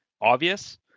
obvious